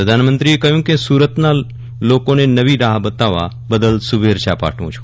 પ્રધાનમંત્રીએ કહ્યું હતું કે હું સુરતના ોકોને નવી રાહ બતાવવા બદલ શુભેચ્છા પાઠવું છું